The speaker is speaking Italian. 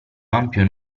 ampio